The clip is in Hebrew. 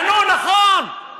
כי אתה לא יודע מה זה.